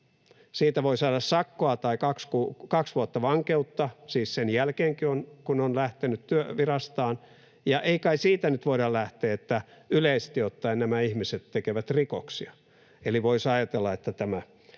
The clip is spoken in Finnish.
Siitä voi saada sakkoa tai kaksi vuotta vankeutta, siis sen jälkeenkin kun on lähtenyt virastaan. Ja ei kai siitä nyt voida lähteä, että yleisesti ottaen nämä ihmiset tekevät rikoksia? Eli voisi ajatella, että tämä